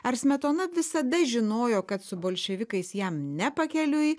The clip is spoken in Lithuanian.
ar smetona visada žinojo kad su bolševikais jam ne pakeliui